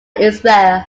israel